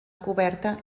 coberta